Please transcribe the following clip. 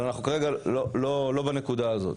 אבל אנחנו כרגע לא בנקודה הזאת.